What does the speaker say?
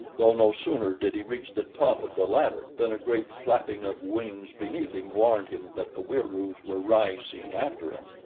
though no sooner did he reach the top of the ladder than a great flapping of wings beneath him warned him that the wieroos were rising after him.